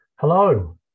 Hello